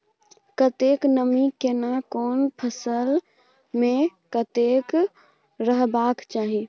कतेक नमी केना कोन फसल मे कतेक रहबाक चाही?